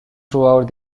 throughout